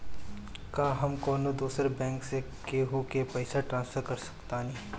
का हम कौनो दूसर बैंक से केहू के पैसा ट्रांसफर कर सकतानी?